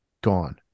gone